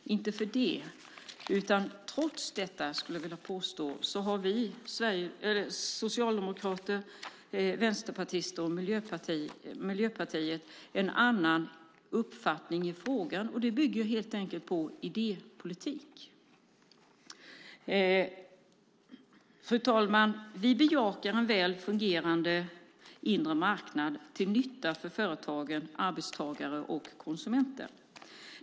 Trots det har vi socialdemokrater, vänsterpartister och miljöpartister en annan uppfattning i frågan, och det bygger helt enkelt på idépolitik. Fru talman! Vi bejakar en väl fungerande inre marknad till nytta för företag, arbetstagare och konsumenter.